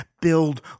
build